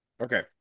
Okay